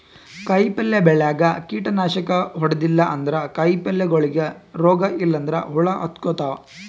ಕಾಯಿಪಲ್ಯ ಬೆಳ್ಯಾಗ್ ಕೀಟನಾಶಕ್ ಹೊಡದಿಲ್ಲ ಅಂದ್ರ ಕಾಯಿಪಲ್ಯಗೋಳಿಗ್ ರೋಗ್ ಇಲ್ಲಂದ್ರ ಹುಳ ಹತ್ಕೊತಾವ್